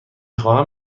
خواهم